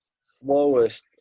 slowest